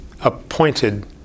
appointed